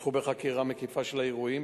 פתחו בחקירה מקיפה של האירועים,